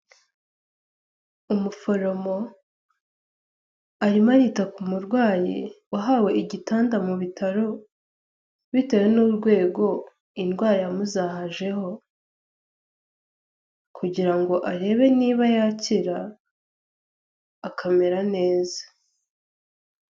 Umuforomo arimo arita ku murwayi wahawe igitanda mu bitaro, bitewe n'urwego indwara yamuzahajeho, kugira ngo arebe niba yakira akamera neza.